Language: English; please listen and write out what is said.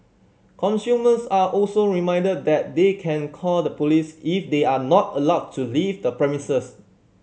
consumers are also reminded that they can call the police if they are not allowed to leave the premises